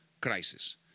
crisis